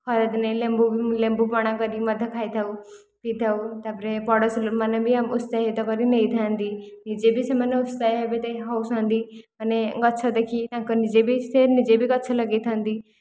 ଖରା ଦିନେ ଲେମ୍ବୁ ପଣା କରିକି ମଧ୍ୟ ଖାଇଥାଉ ପିଇଥାଉ ତା'ପରେ ପଡ଼ୋଶୀ ମାନେ ବି ଉତ୍ସାହିତ କରି ନେଇଥାନ୍ତି ନିଜେ ବି ସେମାନେ ହେଉଛନ୍ତି ମାନେ ଗଛ ଦେଖି ତାଙ୍କ ନିଜେ ବି ସେ ନିଜେ ବି ଗଛ ଲଗାଇଥାନ୍ତି